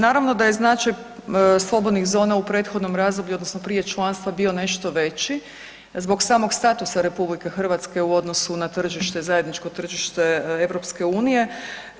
Naravno da je značaj slobodnih zona u prethodnom razdoblju odnosno prije članstva bio nešto veći, zbog samog statusa RH u odnosu na tržište, zajedničko tržište EU-a.